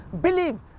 Believe